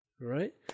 Right